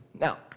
Now